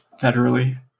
federally